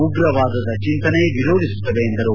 ಉಗ್ರ ವಾದ ಚಿಂತನೆ ವಿರೋಧಿಸುತ್ತವೆ ಎಂದರು